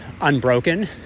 unbroken